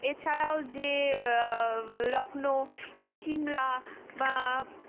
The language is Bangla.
এছাড়াও যে লখনউ এ শিমলা বা